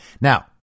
Now